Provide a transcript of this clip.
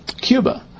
Cuba